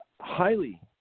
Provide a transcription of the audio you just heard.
highly